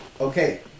Okay